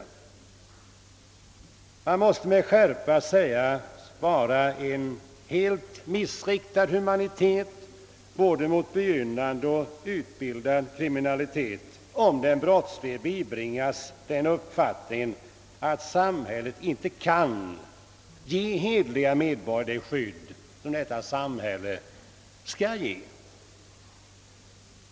Med skärpa måste sägas ifrån, att det vore en helt missriktad humanitet mot både begynnande och utbildad kriminalitet, om den brottslige bibringas uppfattningen att samhället inte kan ge hederliga medborgare det skydd detta samhälle skall ge.